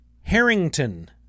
Harrington